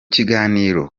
kiganiro